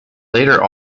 later